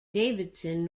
davidson